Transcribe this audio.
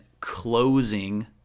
closing